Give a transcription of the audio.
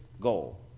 goal